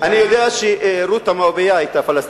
אני יודע שרות המואבייה היתה פלסטינית.